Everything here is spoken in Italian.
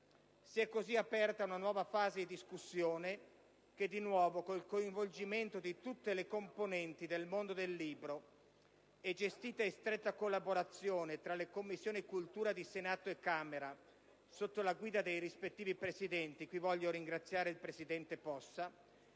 Si è così aperta una nuova fase di discussione che, di nuovo, col coinvolgimento di tutte le componenti del mondo del libro e in stretta collaborazione tra le Commissioni pubblica istruzione e cultura di Senato e Camera e sotto la guida dei rispettivi Presidenti - e qui voglio ringraziare il presidente Possa